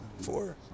four